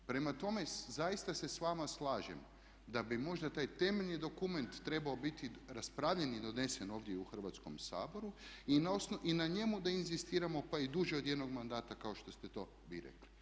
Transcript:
Prema tome, zaista se s vama slažem da bi možda taj temeljni dokument trebao biti raspravljen i donesen ovdje u Hrvatskom saboru i na njemu da inzistiramo pa i duže od jednog mandata kao što ste to vi rekli.